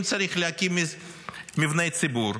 אם צריך להקים מבני ציבור,